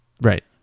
Right